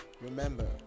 Remember